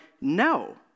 no